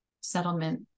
settlement